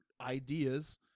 ideas